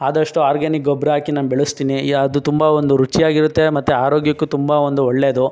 ಆದಷ್ಟು ಆರ್ಗಾನಿಕ್ ಗೊಬ್ಬರ ಹಾಕಿ ನಾನು ಬೆಳೆಸ್ತೀನಿ ಈ ಅದು ತುಂಬ ಒಂದು ರುಚಿಯಾಗಿರುತ್ತೆ ಮತ್ತೆ ಆರೋಗ್ಯಕ್ಕೂ ತುಂಬ ಒಂದು ಒಳ್ಳೆಯದು